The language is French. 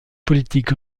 politiques